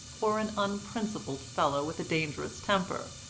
or an unprincipled fellow with a dangerous temper,